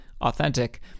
authentic